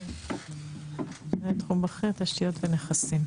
מנהל תחום בכיר תשתיות ונכסים,